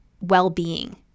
well-being